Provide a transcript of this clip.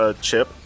Chip